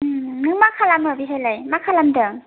उम नों मा खालामो बेहायलाय मा खालामदों